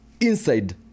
inside